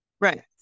right